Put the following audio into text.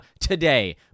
today